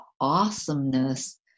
awesomeness